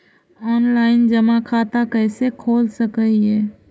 Online जमा खाता कैसे खोल सक हिय?